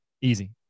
Easy